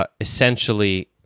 essentially